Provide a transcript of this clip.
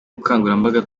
bukangurambaga